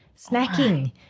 snacking